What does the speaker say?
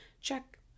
Check